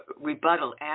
rebuttal